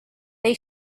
they